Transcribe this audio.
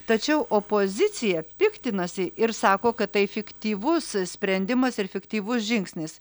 tačiau opozicija piktinasi ir sako kad tai fiktyvus sprendimas ir fiktyvus žingsnis